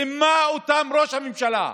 רימה אותם ראש הממשלה.